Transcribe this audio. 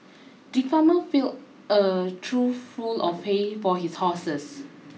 the farmer fill a trough full of hay for his horses